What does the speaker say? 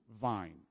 vine